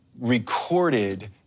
recorded